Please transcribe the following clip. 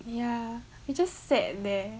ya you just sat there